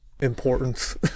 importance